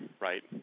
right